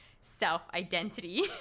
self-identity